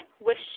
wish